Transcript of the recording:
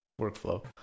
workflow